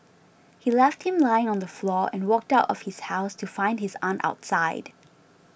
he left him lying on the floor and walked out of his house to find his aunt outside